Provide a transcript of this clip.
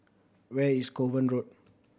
where is Kovan Road